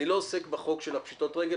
אני לא עוסק בחוק של פשיטות הרגל,